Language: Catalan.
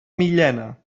millena